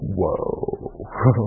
whoa